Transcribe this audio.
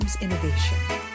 Innovation